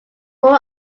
full